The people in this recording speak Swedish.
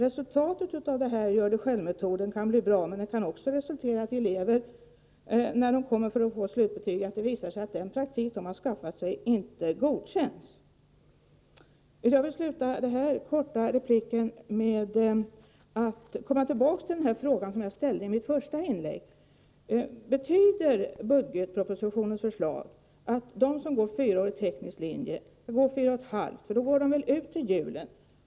Resultatet av gör-det-själv-metoden kan bli bra, men när eleverna får sitt slutbetyg kan det också visa sig att den praktik som de skaffat sig inte godkänns. Jag vill sluta min korta replik med att återkomma till den fråga som jag ställde i mitt första inlägg: Betyder budgetpropositionens förslag att de som går på fyraårig teknisk linje egentligen går fyra och ett halvt år och slutar till julen?